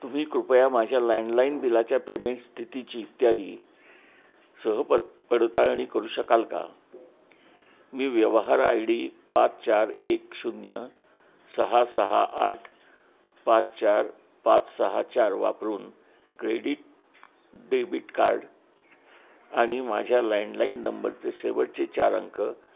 तुम्ही कृपया माझ्या लँडलाइन बिलाच्या पेमेंट स्थितीची इत्यादी सहपड पडताळणी करू शकाल का मी व्यवहार आय डी पाच चार एक शून्य सहा सहा आठ पाच चार पाच सहा चार वापरून क्रेडिट डेबिट कार्ड आणि माझ्या लँडलाइन नंबरचे शेवटचे चार अंक नऊ नऊ नऊ सात म्हणून पेमेंट केले